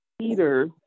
peter